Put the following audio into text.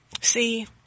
See